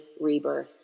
rebirth